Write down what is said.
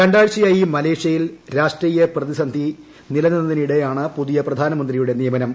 രണ്ടാഴ്ചയായി മലേഷ്യയിൽ രാഷ്ട്രീയ പ്രതിസന്ധി നിലനിന്നതിനിടെയാണ് പുതിയ പ്രധാനമന്ത്രിയുടെ നിയമനം